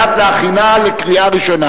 התרבות והספורט נתקבלה.